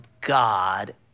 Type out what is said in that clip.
God